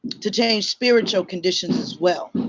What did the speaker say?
to change spiritual conditions as well.